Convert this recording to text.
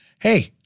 Hey